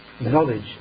knowledge